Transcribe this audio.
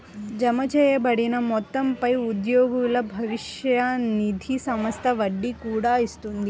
జమచేయబడిన మొత్తంపై ఉద్యోగుల భవిష్య నిధి సంస్థ వడ్డీ కూడా ఇస్తుంది